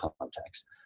context